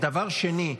דבר שני,